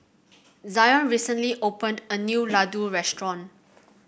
Zion recently opened a new Ladoo restaurant